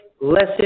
lesson